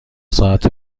ساعت